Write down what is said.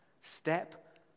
step